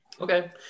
Okay